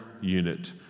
unit